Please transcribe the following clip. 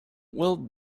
will